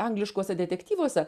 angliškuose detektyvuose